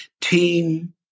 Team